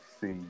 see